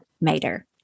Mater